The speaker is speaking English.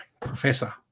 Professor